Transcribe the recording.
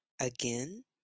Again